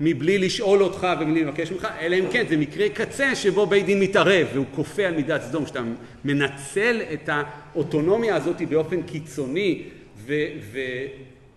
מבלי לשאול אותך ומבלי לבקש ממך, אלא אם כן זה מקרה קצה שבו בית דין מתערב והוא כופה על מידת סדום, שאתה מנצל את האוטונומיה הזאת באופן קיצוני, ו... ו...